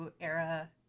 era